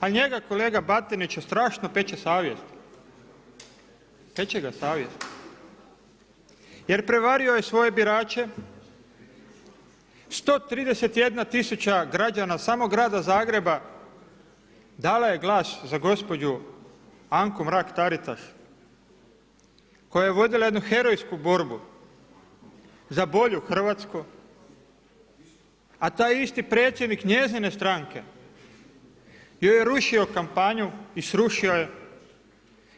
Al njega, kolegu Batinića strašno peče savjest, peče ga savjest jer prevario je svoje birače, 131 tisuća građana samo grada Zagreba dala je glas za gospođu Anku Mrak Taritaš koja je vodila jednu herojsku borbu za bolju Hrvatsku, a taj isti predsjednik njezine stranke je joj rušio kampanju i srušio je